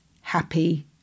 happy